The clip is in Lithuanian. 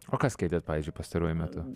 o ką skaitėt pavyzdžiui pastaruoju metu